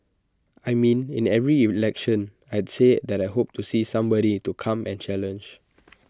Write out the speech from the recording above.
I mean in every election I'd say that I hope to see somebody to come and challenge